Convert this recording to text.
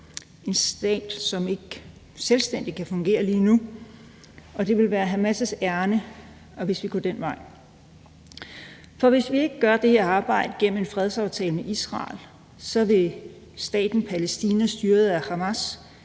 en stat, som ikke selvstændigt kan fungere lige nu – og det vil være Hamas' ærinde, hvis vi går den vej. For hvis vi ikke gør det her arbejde gennem en fredsaftale med Israel, vil staten Palæstina styret af Hamas